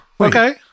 Okay